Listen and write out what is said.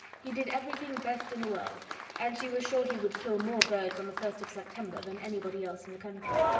he did every thing best in the world and she was sure he would kill more birds on the first of september, than any body else in the country.